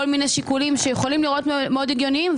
מיני שיקולים שיכולים להיראות מאוד הגיוניים.